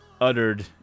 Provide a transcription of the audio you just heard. uttered